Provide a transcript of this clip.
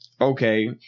okay